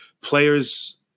players